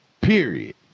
Period